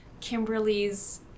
Kimberly's